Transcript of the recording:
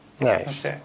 nice